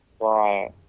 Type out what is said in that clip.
right